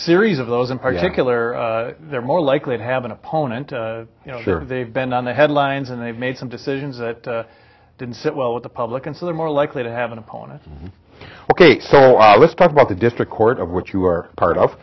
series of those in particular they're more likely to have an opponent there they've been on the headlines and they've made some decisions that didn't sit well with the public and so they're more likely to have an opponent ok so let's talk about the district court of what you are part of